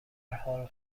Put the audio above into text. حال